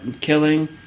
killing